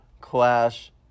Clash